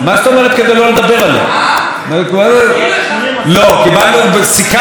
סיכמנו שלא יהיה פיליבסטר, ולא יהיה פיליבסטר.